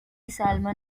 salmon